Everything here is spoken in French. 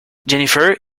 jennifer